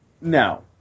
No